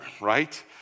right